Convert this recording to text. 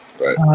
Right